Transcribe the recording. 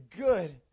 good